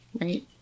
right